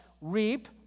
reap